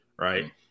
right